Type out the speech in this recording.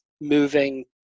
moving